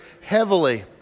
heavily